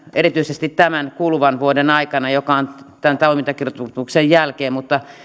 erityisesti tämän kuluvan vuoden aikana joka on tämän toimintakertomuksen jälkeen